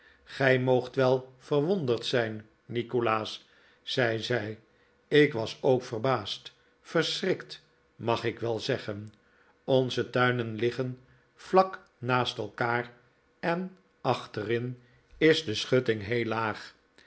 gij moogt wel verwonderd zijn nikolaas zei zij ik was ook verbaasd verschrikt mag ik wel zeggen onze tuinen liggen vlak naast elkaar en achterin is de schutting heel laag